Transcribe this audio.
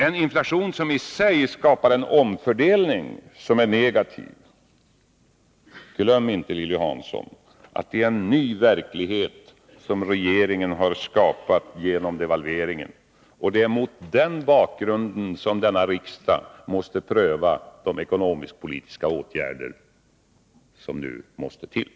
En inflation skapar i sig en omfördelning som är negativ. Glöm inte, Lilly Hansson, att det är en ny verklighet som regeringen har skapat genom devalveringen, och det är mot den bakgrunden som denna riksdag måste pröva de ekonomisk-politiska åtgärder som nu måste till.